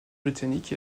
britannique